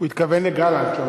הוא התכוון לגלנט.